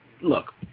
Look